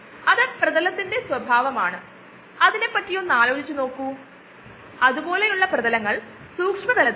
ഇത് ഏത് ബയോ റിയാക്ടറും ഒരു ഉപകരണമാണ് ഇവിടെ വിവിധ ഉപകരണങ്ങളും വളരെയധികം നിയന്ത്രിത പരിതസ്ഥിതിയും ഇവിടെയുണ്ട്